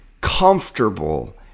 comfortable